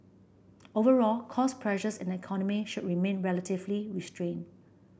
overall cost pressures in the economy should remain relatively restrained